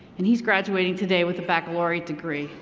and he's graduating today with a baccalaureate degree.